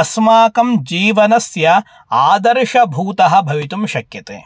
अस्माकं जीवनस्य आदर्शभूतः भवितुं शक्यते